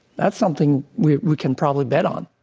that's something we we can probably bet on.